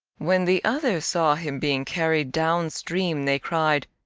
when the others saw him being carried down-stream they cried,